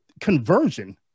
conversion